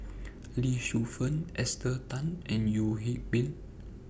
Lee Shu Fen Esther Tan and Yeo Hwee Bin